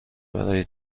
برای